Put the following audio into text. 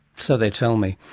so they tell me.